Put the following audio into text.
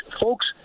folks